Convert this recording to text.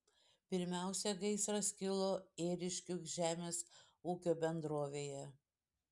pirmiausia gaisras kilo ėriškių žemės ūkio bendrovėje